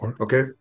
okay